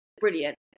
brilliant